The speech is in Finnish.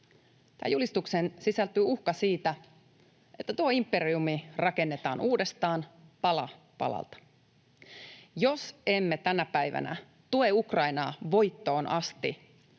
Julistukseen sisältyy uhka siitä, että tuo imperiumi rakennetaan uudestaan, pala palalta. Jos emme tänä päivänä tue Ukrainaa voittoon asti,